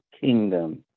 kingdom